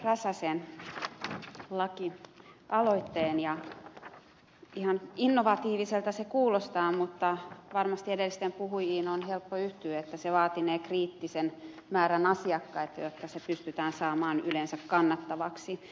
räsäsen lakialoitteen ja ihan innovatiiviselta se kuulostaa mutta varmasti edellisiin puhujiin on helppo yhtyä että se vaatinee kriittisen määrän asiakkaita jotta se pystytään saamaan yleensä kannattavaksi